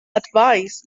advice